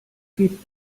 gibt